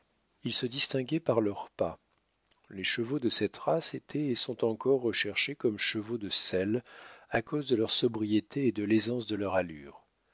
ils se distinguaient par leur pas les chevaux de cette race étaient et sont encore recherchés comme chevaux de selle à cause de leur sobriété et de l'aisance de leur allure